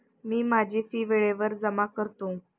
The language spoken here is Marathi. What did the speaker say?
मी माझी फी वेळेवर जमा करतो